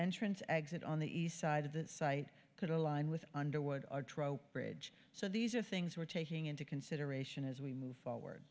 entrance exit on the east side of the site could align with underwood or trowbridge so these are things we're taking into consideration as we move forward